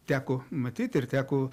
teko matyt ir teko